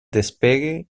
despegue